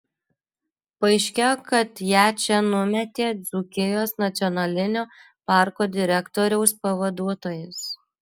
paaiškėjo kad ją čia numetė dzūkijos nacionalinio parko direktoriaus pavaduotojas